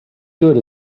good